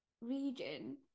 region